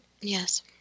Yes